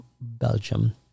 Belgium